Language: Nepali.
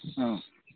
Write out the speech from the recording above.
अँ